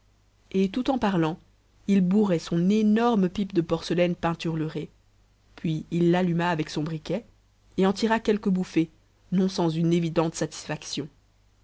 et tout en parlant il bourrait son énorme pipe de porcelaine peinturlurée puis il l'alluma avec son briquet et en tira quelques bouffées non sans une évidente satisfaction